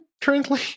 currently